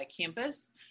campus